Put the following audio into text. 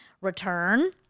return